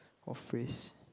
or phrase